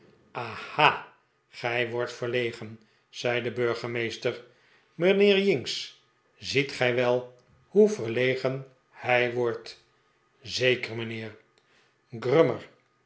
aha gij wordt verlegen zei de burgemeester mijnheer jinks ziet gij wel hoe ferlegen hij wordt zeker mijnheer grummer